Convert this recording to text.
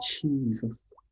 Jesus